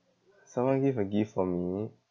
someone give a gift for me